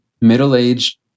middle-aged